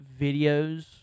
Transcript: videos